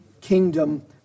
kingdom